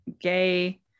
gay